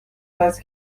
هست